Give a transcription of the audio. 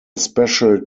special